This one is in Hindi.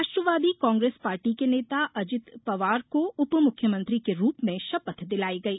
राष्ट्रवादी कांग्रेस पार्टी के नेता अजित पवार को उपमुख्यमंत्री के रूप में शपथ दिलाई गई